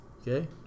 okay